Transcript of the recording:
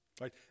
Right